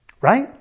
right